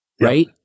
right